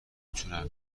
تونم